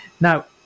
Now